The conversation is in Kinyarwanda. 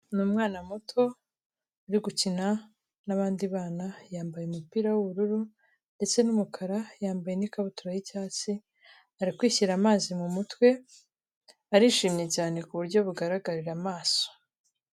Ni umwana muto uri gukina n'abandi bana yambaye umupira w'ubururu ndetse n'umukara yambaye n'ikabutura y'icyatsi ari kwishyira amazi mu mutwe arishimye cyane ku buryo bugaragarira amaso.